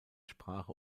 sprache